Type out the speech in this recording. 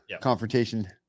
confrontation